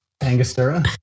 Angostura